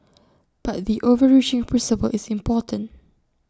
but the overreaching principle is important